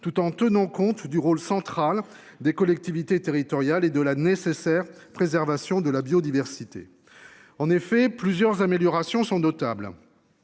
tout en tenant compte du rôle central des collectivités territoriales et de la nécessaire préservation de la biodiversité. En effet plusieurs améliorations sont notables.